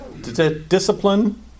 discipline